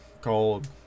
called